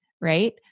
right